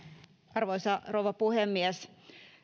arvoisa rouva puhemies